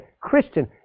Christian